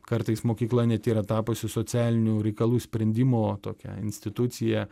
kartais mokykla net yra tapusi socialinių reikalų sprendimo tokia institucija